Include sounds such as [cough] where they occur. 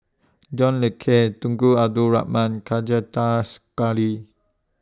John Le Cain Tunku Abdul Rahman [unintelligible]